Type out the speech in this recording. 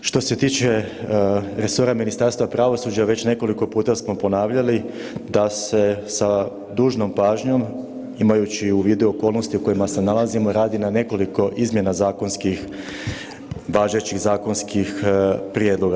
Što se tiče resora Ministarstva pravosuđa već nekoliko puta smo ponavljali da se sa dužnom pažnjom, imajući u vidu okolnosti u kojima se nalazimo radi na nekoliko izmjena važećih zakonskih prijedloga.